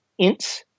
ints